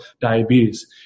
diabetes